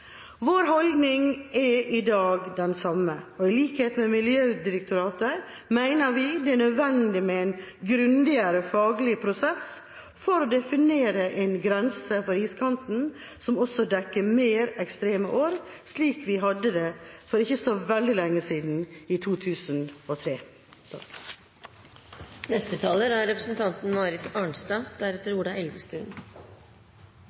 dag den samme. I likhet med Miljødirektoratet mener vi at det er nødvendig med en grundigere faglig prosess for å definere en grense for iskanten som også dekker mer ekstreme år, slik vi hadde det for ikke så veldig lenge siden, i 2003. Gjennom 40 år er olje- og gassnæringen blitt en